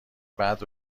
بعد